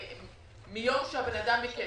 שישה חודשים מיום שהבן אדם ביקש.